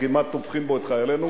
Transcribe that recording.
שכמעט טובחים בו את חיילינו,